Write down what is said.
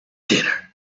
dinner